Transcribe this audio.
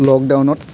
লকডাউনত